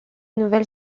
nouvelle